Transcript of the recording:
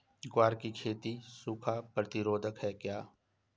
ग्वार की खेती सूखा प्रतीरोधक है क्या?